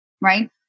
right